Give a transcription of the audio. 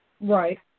Right